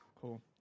Cool